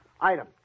Item